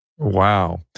Wow